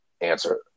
answer